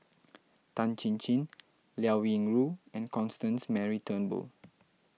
Tan Chin Chin Liao Yingru and Constance Mary Turnbull